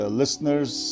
listeners